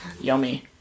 Yummy